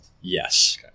Yes